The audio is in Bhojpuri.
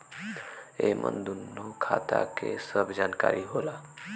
एमन दूनो खाता के सब जानकारी होला